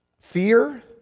Fear